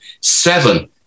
Seven